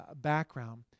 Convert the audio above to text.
background